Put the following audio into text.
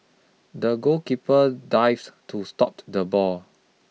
the goalkeeper dived to stop the ball